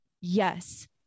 yes